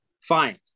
Fine